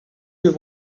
you